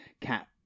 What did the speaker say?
cat